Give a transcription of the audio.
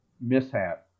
mishap